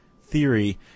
theory